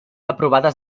aprovades